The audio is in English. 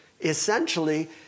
essentially